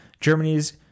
germany's